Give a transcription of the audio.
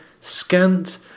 scant